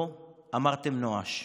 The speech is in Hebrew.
לא אמרתם נואש.